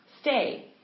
stay